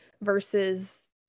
versus